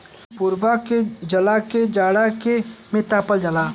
पुवरा के जला के जाड़ा में तापल जाला